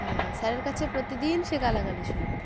আর স্যারের কাছে প্রতিদিন সে গালাগালি শুনতো